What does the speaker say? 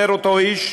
אומר אותו איש,